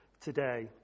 today